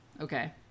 Okay